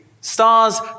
stars